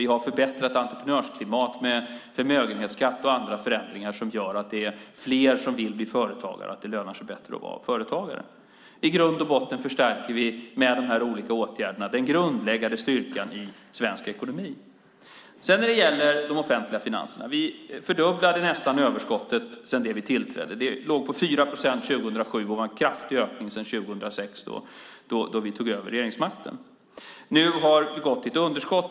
Vi har förbättrat entreprenörsklimatet med förändringar av förmögenhetsskatt och annat som gör att det är fler som vill bli företagare och att det lönar sig bättre att vara företagare. I grund och botten förstärker vi med de här olika åtgärderna den grundläggande styrkan i svensk ekonomi. När det gäller de offentliga finanserna fördubblade vi nästan överskottet sedan vi tillträdde. Det låg på 4 procent 2007 vilket var en kraftig ökning sedan 2006 då vi tog över regeringsmakten. Nu har vi gått till ett underskott.